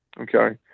Okay